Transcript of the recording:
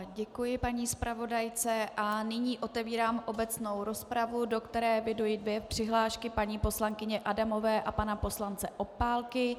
Děkuji paní zpravodajce a nyní otevírám obecnou rozpravu, do které eviduji dvě přihlášky paní poslankyně Adamové a pana poslance Opálky.